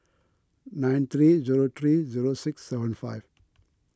nine three zero three zero six seven five